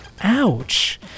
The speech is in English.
Ouch